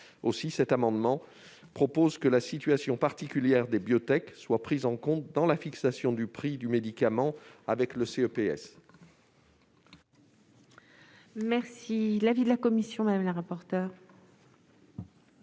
Nous proposons donc que la situation particulière des biotech soit prise en compte dans la fixation du prix du médicament avec le CEPS.